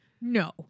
No